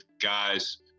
guys